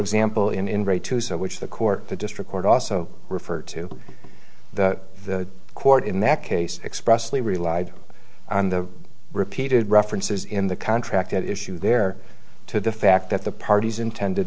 example in in re to so which the court the district court also referred to the the court in that case expressly relied on the repeated references in the contract at issue there to the fact that the parties intend